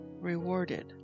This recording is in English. rewarded